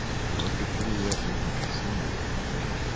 she looked at juliet with an insinuating eye.